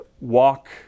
walk